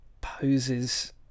poses